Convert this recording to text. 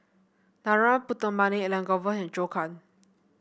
Narana Putumaippittan Elangovan and Zhou Can